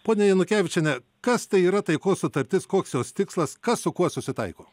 ponia janukevičiene kas tai yra taikos sutartis koks jos tikslas kas su kuo susitaiko